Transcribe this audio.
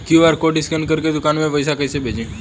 QR code scan करके दुकान में पैसा कइसे भेजी?